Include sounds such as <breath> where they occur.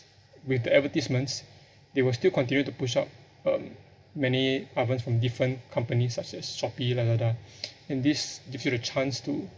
with the advertisements they will still continue to push out um many ovens from different companies such as shopee lazada <breath> and this gives you the chance to